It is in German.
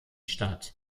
statt